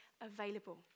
available